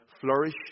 flourish